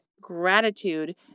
gratitude